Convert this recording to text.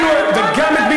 אבל זה היה